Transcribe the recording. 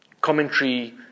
commentary